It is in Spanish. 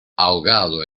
ahogado